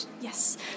Yes